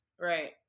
Right